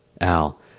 Al